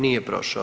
Nije prošao.